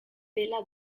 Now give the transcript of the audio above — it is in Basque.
dela